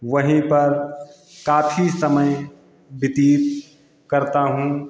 वहीं पर काफ़ी समय व्यतीत करता हूँ